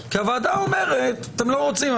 כי הוועדה אומרת: אם אתם לא רוצים,